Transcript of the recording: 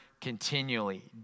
continually